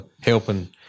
helping